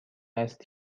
است